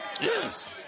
Yes